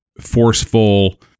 forceful